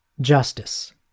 justice